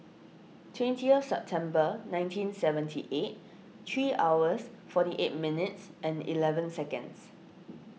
twentieth September nineteen seventy eight three hours forty eight minutes and eleven seconds